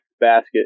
basket